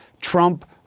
Trump